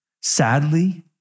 Sadly